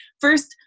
First